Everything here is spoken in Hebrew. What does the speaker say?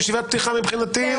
זה ישיבת פתיחה מבחינתי.